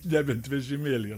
nebent vežimėlyje